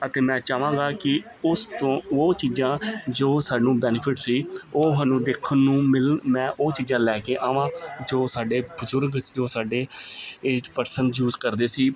ਅਤੇ ਮੈਂ ਚਾਹਾਂਗਾ ਕਿ ਉਸ ਤੋਂ ਉਹ ਚੀਜ਼ਾਂ ਜੋ ਸਾਨੂੰ ਬੈਨੀਫਿਟ ਸੀ ਉਹ ਸਾਨੂੰ ਦੇਖਣ ਨੂੰ ਮਿਲਣ ਮੈਂ ਉਹ ਚੀਜ਼ਾਂ ਲੈ ਕੇ ਆਵਾਂ ਜੋ ਸਾਡੇ ਬਜ਼ੁਰਗ ਜੋ ਸਾਡੇ ਏਜ਼ਡ ਪਰਸਨ ਯੂਜ ਕਰਦੇ ਸੀ